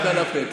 רק על הפה,